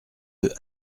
eux